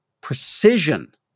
precision